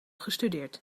gestudeerd